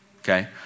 okay